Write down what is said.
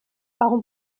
warum